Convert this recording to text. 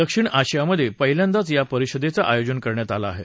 दक्षिण आशियामधे पहिल्यांदाच या परिषदेचं आयोजन करण्यात आलं आहे